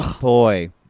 Boy